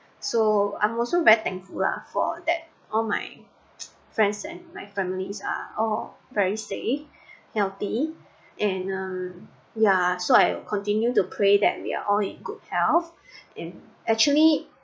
so I'm also very thankful lah for that all my friends and my family are all very safe healthy and um yeah so I continue to pray that we are all in good health and actually